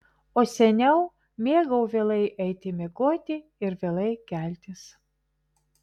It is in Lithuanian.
o seniau mėgau vėlai eiti miegoti ir vėlai keltis